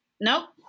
nope